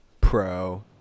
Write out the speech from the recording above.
pro